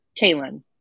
Kaylin